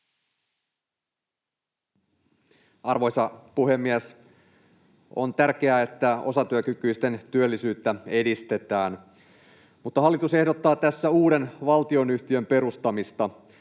Arvoisa puhemies! On tärkeää, että osatyökykyisten työllisyyttä edistetään, mutta hallitus ehdottaa tässä uuden valtionyhtiön perustamista.